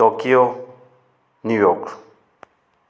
Tokyo New York